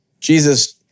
Jesus